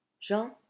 Jean